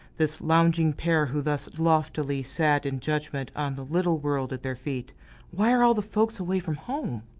this lounging pair who thus loftily sat in judgment on the little world at their feet why are all the folks away from home?